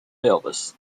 elvis